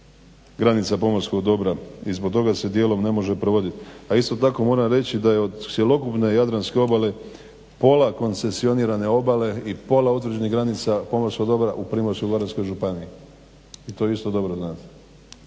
granica pomorskog dobra i zbog toga se dijelom ne može provoditi. A isto tako moram reći da je od cjelokupne Jadranske obale pola koncesionirane obale i pola utvrđenih granica pomorskog dobra u Primorsko-goranskoj županiji. I to isto dobro, znate.